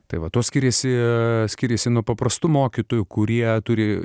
tai va to skiriasi skiriasi nuo paprastų mokytojų kurie turi